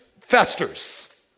festers